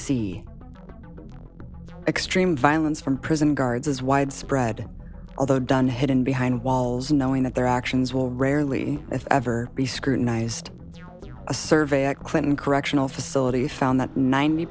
see extreme violence from prison guards as widespread although done hidden behind walls knowing that their actions will rarely if ever be scrutinized a survey at clinton correctional facility found that ninety